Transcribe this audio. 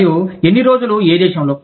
మరియు ఎన్ని రోజులు ఏ దేశంలో